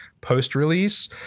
post-release